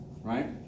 right